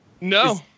No